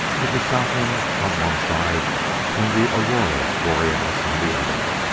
with the southland on one side and the aurora borealis on the other.